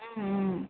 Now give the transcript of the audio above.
ம்ம்